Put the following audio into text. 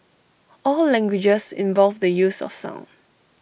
all languages involve the use of sound